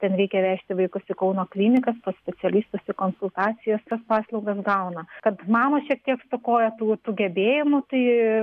ten reikia vežti vaikus į kauno klinikas pas specialistus į konsultacijas tas paslaugas gauna kad mamos šiek tiek stokoja tų tų gebėjimų tai